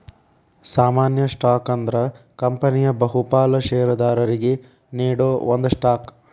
ಸಾಮಾನ್ಯ ಸ್ಟಾಕ್ ಅಂದ್ರ ಕಂಪನಿಯ ಬಹುಪಾಲ ಷೇರದಾರರಿಗಿ ನೇಡೋ ಒಂದ ಸ್ಟಾಕ್